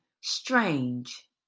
strange